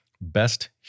best